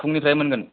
फुंनिफ्रायनो मोनगोन